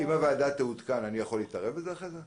הוועדה תעודכן, אני יכול להתערב בזה אחרי כן?